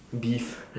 beef